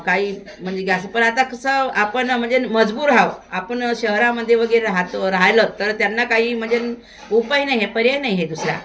काही म्हणजे गॅस असं पण आता कसं आपण म्हणजे मजबूरआहो आपण शहरामध्ये वगैरे राहतो राहिलं तर त्यांना काही म्हणजे उपाय नाही हे पर्याय नाही आहे दुसरा